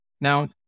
Now